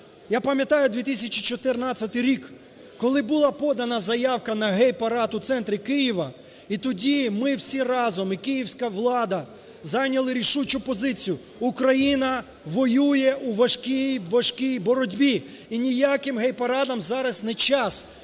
Я пам'ятаю 2014 рік, коли була подана заявка на гей-парад у центрі Києва і тоді ми всі разом і київська влада зайняли рішучу позицію: Україна воює у важкій-важкій боротьбі і ніяким гей-парадам зараз не час.